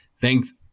thanks